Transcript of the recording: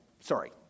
sorry